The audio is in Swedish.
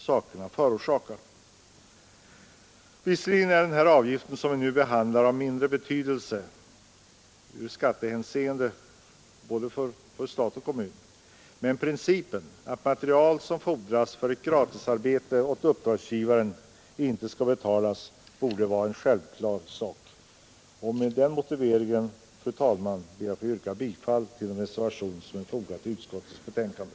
Visserligen är den avgift vi nu behandlar av mindre betydelse från skattesynpunkt för både stat och kommun, men principen, att material som fordras för ett gratisarbete åt uppdragsgivaren inte skall betalas, borde vara en självklar sak. Med denna motivering, fru talman, ber jag få yrka bifall till den reservation som är fogad till utskottets betänkande.